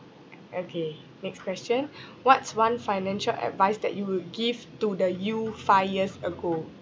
okay next question what's one financial advice that you would give to the you five years ago